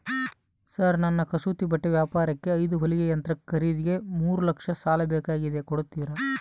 Sir ನನ್ನ ಕಸೂತಿ ಬಟ್ಟೆ ವ್ಯಾಪಾರಕ್ಕೆ ಐದು ಹೊಲಿಗೆ ಯಂತ್ರ ಖರೇದಿಗೆ ಮೂರು ಲಕ್ಷ ಸಾಲ ಬೇಕಾಗ್ಯದ ಕೊಡುತ್ತೇರಾ?